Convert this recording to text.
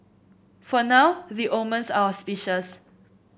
for now the omens are auspicious